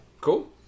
Cool